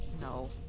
No